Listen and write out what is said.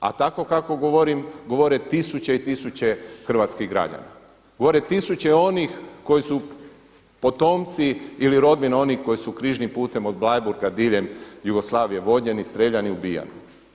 A tako kako govorim, govore tisuće i tisuće hrvatskih građana, govore tisuće onih koji su potomci ili rodbina onih koji su Križnim putem od Bleiburga diljem Jugoslavije vođeni, streljani, ubijani.